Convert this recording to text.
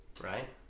right